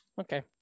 Okay